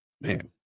man